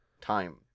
time